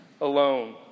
alone